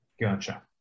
Gotcha